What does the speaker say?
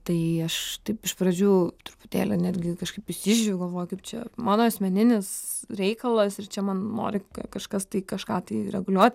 tai aš taip iš pradžių truputėlį netgi kažkaip įsižeidžiau galvoju kaip čia mano asmeninis reikalas ir čia man nori kažkas kažką tai reguliuot